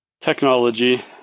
Technology